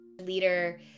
leader